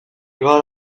got